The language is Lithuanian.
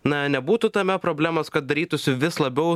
na nebūtų tame problemos kad darytųsi vis labiau